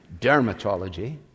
Dermatology